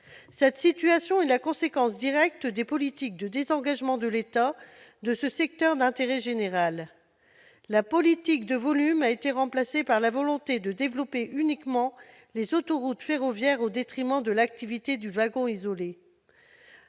Cette situation est la conséquence directe des politiques de désengagement de l'État de ce secteur d'intérêt général. La politique de volume a été remplacée par la volonté de développer uniquement les autoroutes ferroviaires, au détriment de l'activité du wagon isolé.